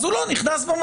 אז הוא לא נכנס במסלול,